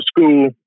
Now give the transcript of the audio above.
school